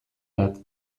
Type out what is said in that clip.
bat